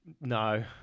No